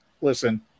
listen